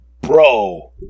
bro